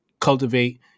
cultivate